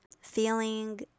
feeling